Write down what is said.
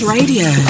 Radio